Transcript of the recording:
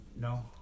no